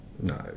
No